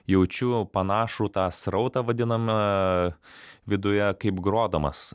jaučiu panašų tą srautą vadinamą viduje kaip grodamas